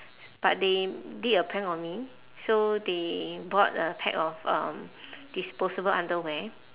but they did a prank on me so they bought a pack of um disposable underwear